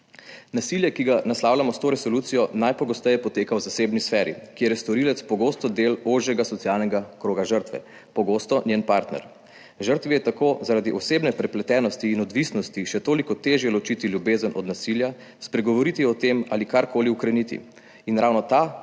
Nasilje, ki ga naslavljamo s to resolucijo, najpogosteje poteka v zasebni sferi, kjer je storilec pogosto del ožjega socialnega kroga žrtve, pogosto njen partner. Žrtvi je tako zaradi osebne prepletenosti in odvisnosti še toliko težje ločiti ljubezen od nasilja, spregovoriti o tem ali karkoli ukreniti, in ravno ta